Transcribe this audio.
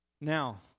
Now